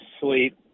sleep